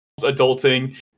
adulting